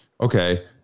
Okay